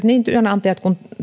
niin työnantajat kuin